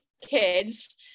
kids